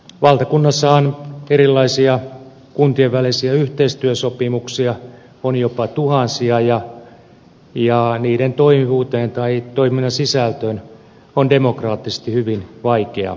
valtakunnassahan erilaisia kuntien välisiä yhteistyösopimuksia on jopa tuhansia ja niiden toimivuuteen tai toiminnan sisältöön on demokraattisesti hyvin vaikea päästä